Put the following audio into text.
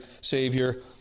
Savior